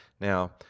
Now